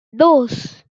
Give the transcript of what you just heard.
dos